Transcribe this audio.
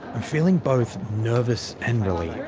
i'm feeling both nervous and relieved.